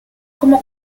como